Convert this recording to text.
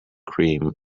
cream